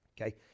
Okay